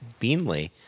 Beanley